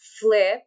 flip